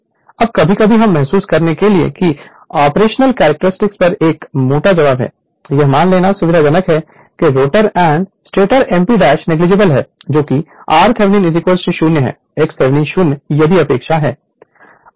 Refer Slide Time 2744 अब कभी कभी यह महसूस करने के लिए कि ऑपरेशनल कैरेक्टरिस्टिक पर एक मोटा जवाब है यह मान लेना सुविधाजनक है कि स्टेटर एमपी डांस नेगलिजिबल है जो कि r Thevenin 0 है xThevenin 0 यदि उपेक्षा है